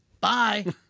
bye